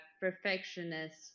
perfectionist